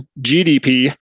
GDP